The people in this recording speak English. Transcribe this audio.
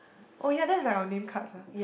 oh ya that's like our name cards ah